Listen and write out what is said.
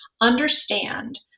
understand